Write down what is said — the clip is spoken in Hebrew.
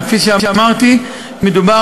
אבל כפי שאמרתי, מדובר